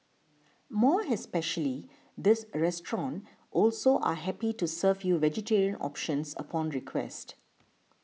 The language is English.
more especially this restaurant also are happy to serve you vegetarian options upon request